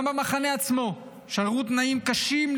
גם במחנה עצמו שררו תנאים קשים,